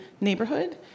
neighborhood